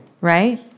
Right